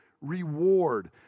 reward